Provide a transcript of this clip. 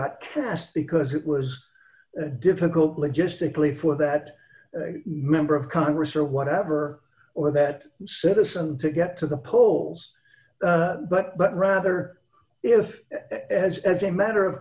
got cast because it was difficult logistically for that member of congress or whatever or that citizen to get to the polls but but rather if as as a matter of